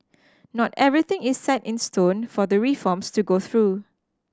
not everything is set in stone for the reforms to go through